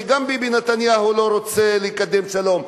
שביבי נתניהו לא רוצה לקדם שלום.